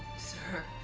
sir.